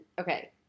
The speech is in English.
okay